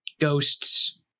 ghosts